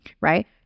right